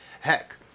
Heck